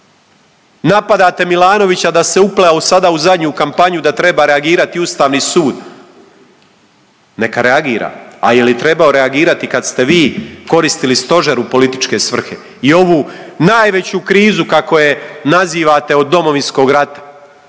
Napadate Milanovića da se upleo u sada u zadnju kampanju da treba reagirati Ustavni sud. Neka reagira, a je li trebao reagirati kad ste vi koristili stožer u političke svrhe i ovu najveću krizu kako je nazivate od Domovinskog rata,